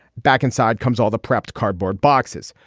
back inside comes all the prepped cardboard boxes.